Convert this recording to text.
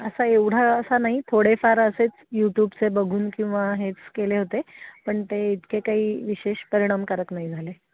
असा एवढा असा नाही थोडेफार असेच यूट्यूबचे बघून किंवा हेच केले होते पण ते इतके काही विशेष परिणामकारक नाही झाले